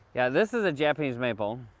yeah this is a japanese maple.